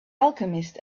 alchemist